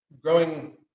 growing